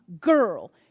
girl